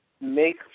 make